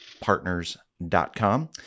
partners.com